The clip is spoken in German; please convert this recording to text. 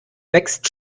wächst